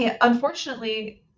unfortunately